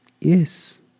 Yes